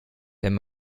wenn